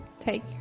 take